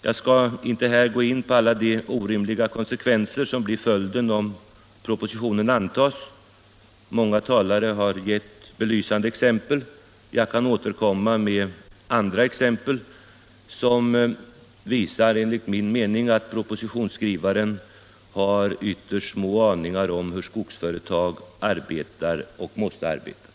Jag skall inte gå in på alla de orimliga konsekvenser som blir följden om propositionen antas — många talare har redan gett belysande exempel —- utan jag kan återkomma med andra exempel som enligt min mening visar att propositionsskrivaren har ytterst små aningar om hur skogsföretag arbetar och måste arbeta.